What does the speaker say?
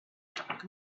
dark